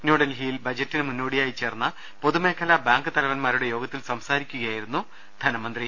ന്യൂഡൽഹിയിൽ ബജറ്റിന് മുന്നോടിയായി ചേർന്ന പൊതുമേ ഖലാ ബാങ്ക് തലവൻമാരുടെ യോഗത്തിൽ സംസാരിക്കുകയായിരുന്നു മന്ത്രി